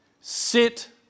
Sit